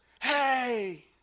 hey